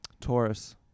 taurus